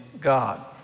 God